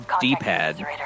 D-pad